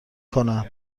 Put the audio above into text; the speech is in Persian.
کند